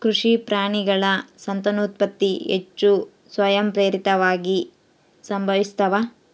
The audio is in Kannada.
ಕೃಷಿ ಪ್ರಾಣಿಗಳ ಸಂತಾನೋತ್ಪತ್ತಿ ಹೆಚ್ಚು ಸ್ವಯಂಪ್ರೇರಿತವಾಗಿ ಸಂಭವಿಸ್ತಾವ